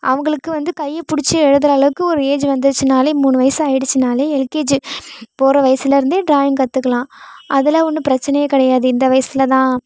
அவங்களுக்கு வந்து கையை பிடிச்சி எழுதுகிற அளவுக்கு ஒரு ஏஜ் வந்துடுச்சினாலே மூணு வயசு ஆகிடிச்சினாலே எல்கேஜி போகிற வயிசிலருந்தே ட்ராயிங் கற்றுக்கலாம் அதெலாம் ஒன்றும் பிரச்சனையே கிடையாது இந்த வயசில்தான்